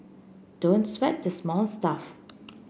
don't sweat the small stuff